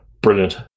Brilliant